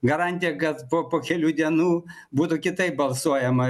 garantija kad po po kelių dienų būtų kitaip balsuojama